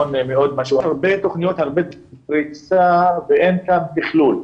הרבה תוכניות והרבה פריצה אבל אין תכלול.